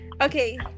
Okay